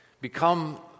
become